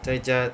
在家